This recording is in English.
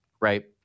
right